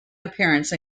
appearance